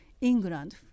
England